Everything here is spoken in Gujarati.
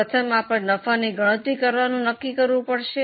પ્રથમ આપણે નફાની ગણતરી કરવાનું નક્કી કરવું પડશે